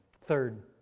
Third